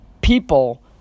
people